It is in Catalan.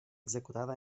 executada